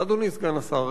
אדוני סגן השר,